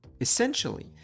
Essentially